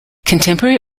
contemporary